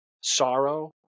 sorrow